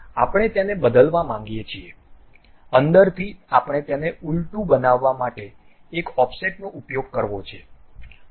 આપણે તેને બદલવા માંગીએ છીએ અંદરથી આપણે તેને ઊલટું બનાવવા માટે હવે ઓફસેટનો ઉપયોગ કરવો છે